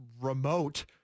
remote